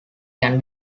can